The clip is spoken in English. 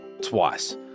twice